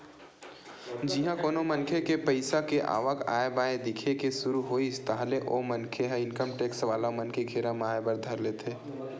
जिहाँ कोनो मनखे के पइसा के आवक आय बाय दिखे के सुरु होइस ताहले ओ मनखे ह इनकम टेक्स वाला मन के घेरा म आय बर धर लेथे